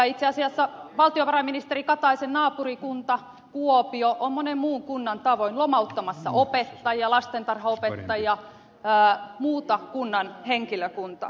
itse asiassa valtiovarainministeri kataisen naapurikunta kuopio on monen muun kunnan tavoin lomauttamassa opettajia lastentarhanopettajia muuta kunnan henkilökuntaa